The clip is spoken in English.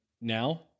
now